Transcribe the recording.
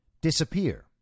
disappear